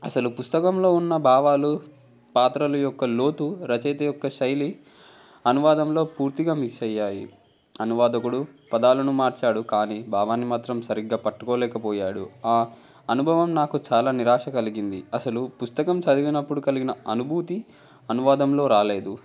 అసలు పుస్తకంలో ఉన్న భావాలు పాత్రలు యొక్క లోతు రచయిత యొక్క శైలి అనువాదంలో పూర్తిగా మిస్ అయ్యాయి అనువాదకుడు పదాలను మార్చాడు కానీ భావాన్ని మాత్రం సరిగ్గా పట్టుకోలేకపోయాడు ఆ అనుబవం నాకు చాలా నిరాశ కలిగింది అసలు పుస్తకం చదివినప్పుడు కలిగిన అనుభూతి అనువాదంలో రాలేదు